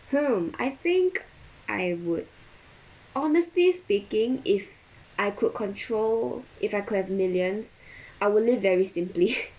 hmm I think I would honestly speaking if I could control if I could have millions I will live very simply